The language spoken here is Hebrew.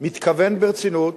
מתכוון ברצינות